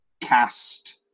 cast